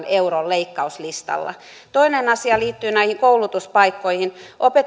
euron leikkauslistalla toinen asia liittyy näihin koulutuspaikkoihin